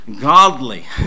godly